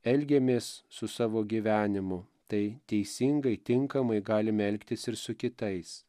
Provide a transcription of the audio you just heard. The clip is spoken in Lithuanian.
elgiamės su savo gyvenimu tai teisingai tinkamai galime elgtis ir su kitais